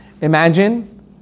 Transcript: Imagine